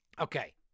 Okay